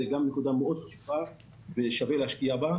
שזו גם נקודה מאוד חשובה ששווה להשקיע בה.